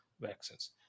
vaccines